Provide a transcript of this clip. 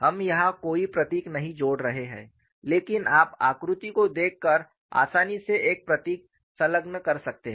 हम यहां कोई प्रतीक नहीं जोड़ रहे हैं लेकिन आप आकृति को देखकर आसानी से एक प्रतीक संलग्न कर सकते हैं